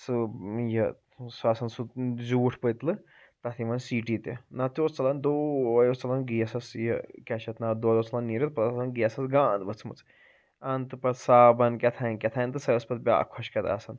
سُہ یہِ سُہ آسان سُہ زیٛوٗٹھ پٔتلہٕ تَتھ یِوان سیٖٹی تہِ نَہ تہٕ اوس ژلان دۄہے اوس ژلان گیسَس یہِ کیٛاہ چھُ اَتھ ناو دۄدھ اوس ژلان نیٖرِتھ پتہٕ ٲس آسان گیسَس گانٛد ؤژھمٕژ اَن تہٕ پتہٕ صابَن کیٚہتٲنۍ کیٚہتٲنۍ تہٕ سۄ ٲسۍ پتہٕ بیٛاکھ خۄشکیٚتھ آسان